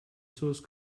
source